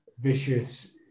vicious